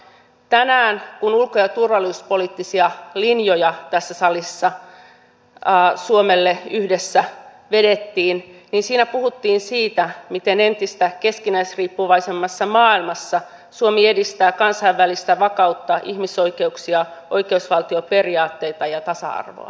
tänään kun ulko ja turvallisuuspoliittisia linjoja tässä salissa suomelle yhdessä vedettiin siinä puhuttiin siitä miten entistä keskinäisriippuvaisemmassa maailmassa suomi edistää kansainvälistä vakautta ihmisoikeuksia oikeusvaltioperiaatteita ja tasa arvoa